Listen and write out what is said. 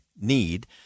need